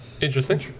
interesting